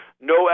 No